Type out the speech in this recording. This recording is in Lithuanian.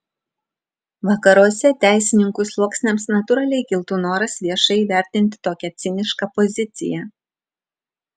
vakaruose teisininkų sluoksniams natūraliai kiltų noras viešai įvertinti tokią cinišką poziciją